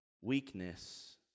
weakness